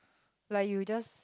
like you just